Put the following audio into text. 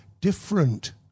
different